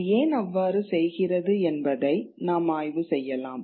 அது ஏன் அவ்வாறு செய்கிறது என்பதை நாம் ஆய்வு செய்யலாம்